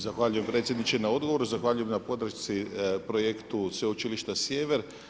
Zahvaljujem predsjedniče na odgovoru, zahvaljujem na podršci projektu Sveučilišta Sjever.